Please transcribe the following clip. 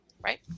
right